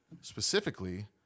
Specifically